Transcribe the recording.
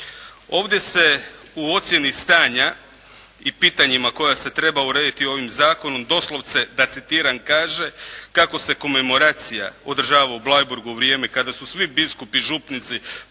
Ovdje se u ocjeni stanja i pitanja koja se trebaju urediti ovim Zakonom doslovce, da citiram kaže: "Kako se komemoracija održava u Bleiburgu u vrijeme kada su svi biskupi, župnici,